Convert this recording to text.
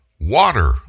Water